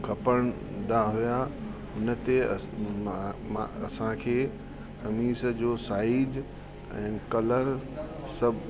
कपिड़नि ॾांहुं हुआ हुन ते असां असांखे कमीस जो साइज ऐं कलर सभु